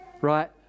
Right